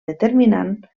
determinant